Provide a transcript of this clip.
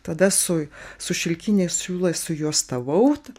tada su su šilkiniais siūlais sujuostavau